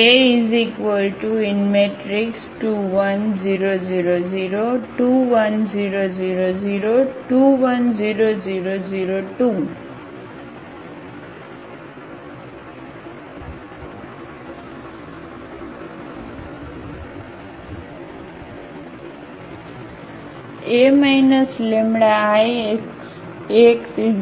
Eigenvectors λ2 A2 1 0 0 0 2 1 0 0 0 2 1 0 0 0 2 A λIx0 0 1 0 0 0 0 1 0 0 0 0 1 0 0 0 0 x1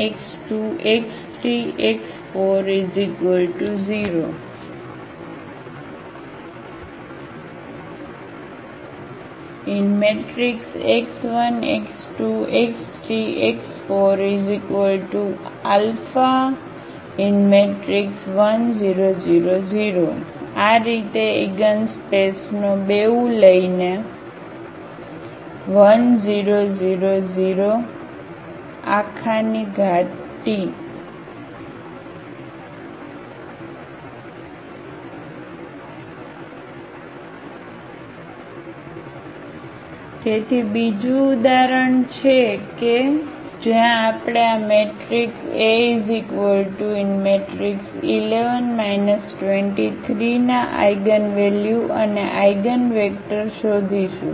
x2 x3 x4 0 x1 x2 x3 x4 α1 0 0 0 આ રીતે ઇગિનસ્પેસનો બેઉ લઈને 1000T તેથી બીજું ઉદાહરણ છે કે જ્યાં આપણે આ મેટ્રિક્સ A1 1 2 3 ના આઇગનવેલ્યુ અને આઇગનવેક્ટર શોધીશું